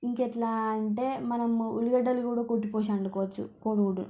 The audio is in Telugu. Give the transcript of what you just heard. ఇంకెట్లా అంటే మనము ఉల్లిగడ్డలు కూడా కొట్టి పోసి వండుకోచ్చు కోడిగుడ్డులో